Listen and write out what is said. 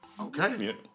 Okay